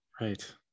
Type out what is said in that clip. right